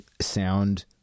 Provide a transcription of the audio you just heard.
sound